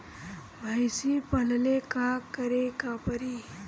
भइसी पालेला का करे के पारी?